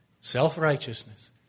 Self-righteousness